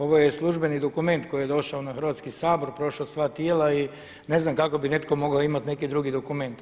Ovo je službeni dokument koji je došao na Hrvatski sabor, prošao sva tijela i ne znam kako bi netko mogao imati neki drugi dokument.